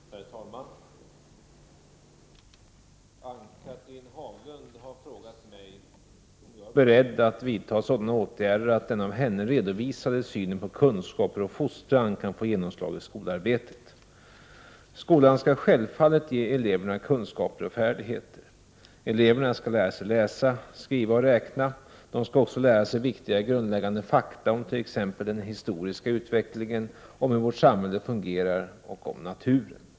Herr talman! Ann-Cathrine Haglund har frågat mig om jag är beredd att vidta sådana åtgärder att den av henne redovisade synen på kunskaper och fostran kan få genomslag i skolarbetet. Skolan skall självfallet ge eleverna kunskaper och färdigheter. Eleverna skall lära sig läsa, skriva och räkna. De skall också lära sig viktiga grundläggande fakta om t.ex. den historiska utvecklingen, om hur vårt samhälle fungerar och om naturen.